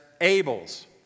Abel's